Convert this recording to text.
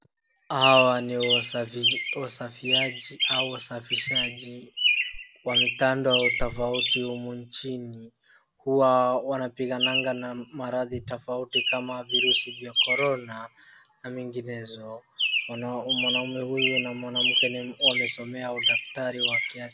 Awa ni wasafishaji wamitando tofauti humu nchini. Huwa wanapigananga na maradhi tofauti kama viruzi vya corona na vinginevyo. Mwaname huyu na mwanamke wamesomea udaktari wakiasili.